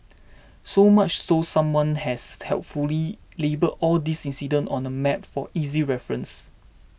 so much so someone has helpfully labelled all these incidents on a map for easy reference